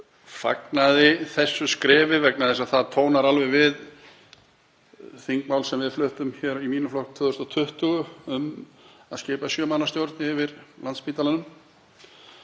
fagnaði þessu skrefi vegna þess að það tónar alveg við þingmál sem við fluttum hér í mínum flokki árið 2020, um að skipa sjö manna stjórn yfir Landspítalanum,